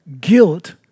guilt